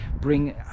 bring